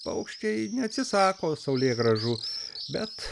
paukščiai neatsisako saulėgrąžų bet